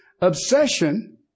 obsession